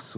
sig?